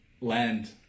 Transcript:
land